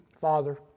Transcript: Father